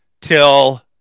till